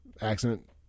accident